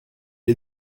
est